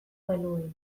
genuen